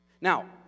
Now